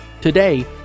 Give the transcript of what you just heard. Today